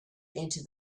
into